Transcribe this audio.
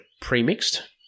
pre-mixed